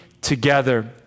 together